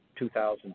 $2,000